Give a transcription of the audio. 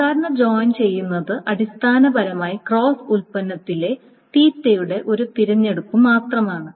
സാധാരണ ജോയിൻ ചെയ്യുന്നത് അടിസ്ഥാനപരമായി ക്രോസ് ഉൽപ്പന്നത്തിലെ യുടെ ഒരു തിരഞ്ഞെടുപ്പ് മാത്രമാണ്